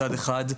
מצד אחד,